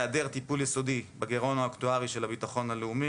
היעדר טיפול יסודי בגרעון האקטוארי של הביטחון הלאומי